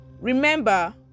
Remember